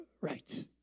right